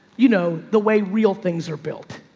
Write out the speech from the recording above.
you know the way real things are built,